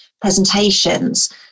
presentations